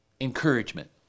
encouragement